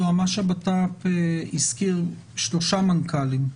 יועמ"ש המשרד לביטחון פנים הזכיר שלושה מנכ"לים: